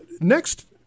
next